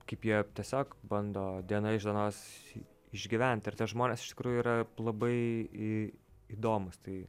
kaip jie tiesiog bando diena iš dienos išgyvent ir tie žmonės iš tikrųjų yra labai į įdomūs tai